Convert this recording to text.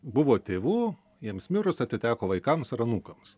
buvo tėvų jiems mirus atiteko vaikams ar anūkams